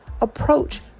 approach